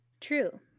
True